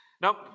Now